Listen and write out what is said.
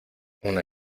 una